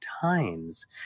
times